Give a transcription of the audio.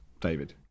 David